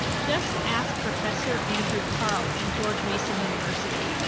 just ask professor andrew carle from george mason university.